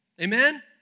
Amen